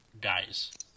guys